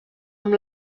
amb